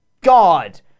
god